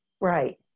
Right